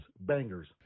bangers